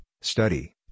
study